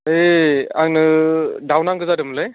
ओइ आंनो दाउ नांगौ जादोंमोनलै